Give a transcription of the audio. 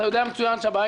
שר התחבורה